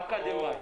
אקדמאיים.